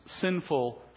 sinful